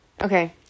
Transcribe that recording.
okay